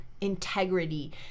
integrity